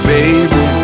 baby